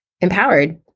empowered